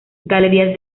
galerías